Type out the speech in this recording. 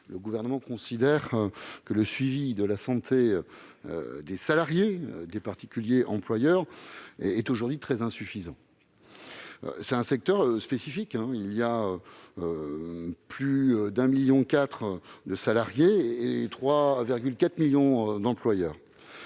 le Gouvernement considère que le suivi de la santé des salariés des particuliers employeurs est aujourd'hui très insuffisant. Ce secteur spécifique compte plus de 1,4 million de salariés et 3,4 millions d'employeurs.